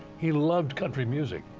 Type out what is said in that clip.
he loved country music.